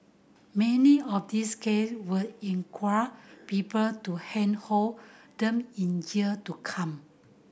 many of these case would inquire people to handhold them in year to come